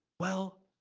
well,